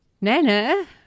Nana